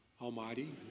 Almighty